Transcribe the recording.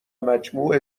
مجموع